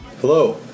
Hello